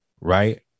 right